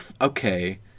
Okay